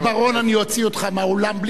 אני אוציא אותך מהאולם בלי היסוסים.